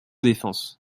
défense